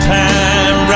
time